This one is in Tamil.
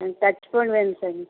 எனக்கு டச் ஃபோன் வேணும் சாமி